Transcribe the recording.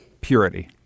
Purity